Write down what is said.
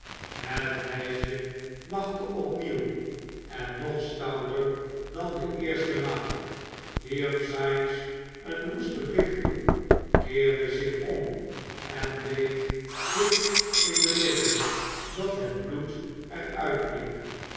het meisje lachte opnieuw en nog stouter dan de eerste maal wierp sikes een woesten blik toe keerde zich om en beet zich in de lippen dat het bloed er